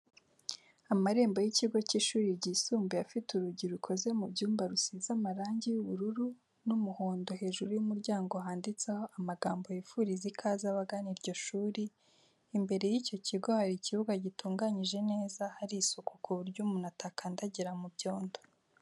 Amarembo y'ikigo cy'ishuri ryisumbuye afite urugi rukoze mu byuma rusize marangi y'ubururu n'umuhondo hejuru y'umuryango handitseho amagambo yifuriza ikaze abagana iryo shuri, imbere y'icyo kigo hari ikibuga gitunganyije neza hari isuku ku buryo umuntu atakandagira mu byondo.